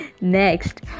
Next